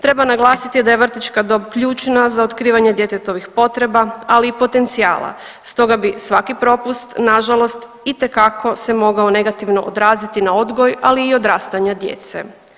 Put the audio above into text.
Treba naglasiti da je vrtićka dob ključna za otkrivanje djetetovih potreba, ali i potencijala stoga bi svaki propust nažalost itekako se mogao negativno odraziti na odgoj, ali i odrastanja djece.